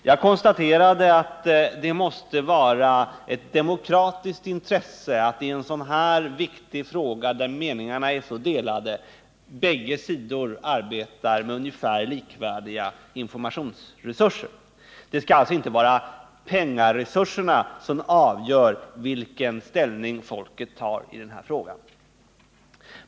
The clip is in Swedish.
Jag konstaterade att det måste vara ett demokratiskt intresse i en sådan här viktig fråga, där meningarna är så delade, att bägge sidor arbetar med ungefär likvärdiga informationsresurser. Det skall alltså inte vara pengaresurserna som avgör vilken ställning folket tar i den här frågan.